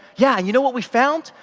yeah you know what we found?